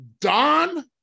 Don